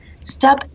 step